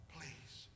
Please